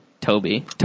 Toby